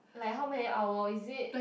like how many hour is it